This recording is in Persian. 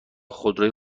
خودروی